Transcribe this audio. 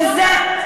שזה,